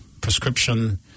prescription